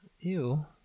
Ew